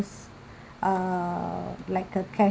uh like a cash